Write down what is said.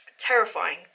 Terrifying